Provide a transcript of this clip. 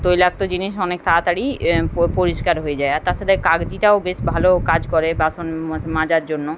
তৈলাক্ত জিনিস অনেক তাড়াতাড়ি পো পরিষ্কার হয়ে যায় আর তার সাথে কাগজিটাও বেশ ভালো কাজ করে বাসন মাজ মাজার জন্য